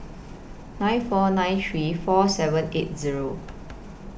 nine four nine three four seven eight Zero